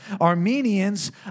Armenians